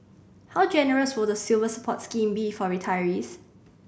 how generous will the Silver Support scheme be for retirees